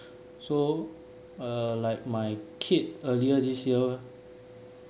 so uh like my kid earlier this year